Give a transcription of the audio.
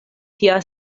tia